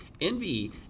Envy